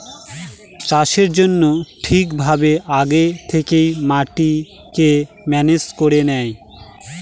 চাষের জন্য ঠিক ভাবে আগে থেকে মাটিকে ম্যানেজ করে নেয়